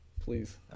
Please